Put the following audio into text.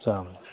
سلام علیکُم